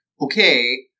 okay